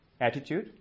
Attitude